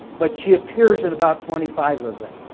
but she appears in about twenty five of them.